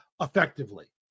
effectively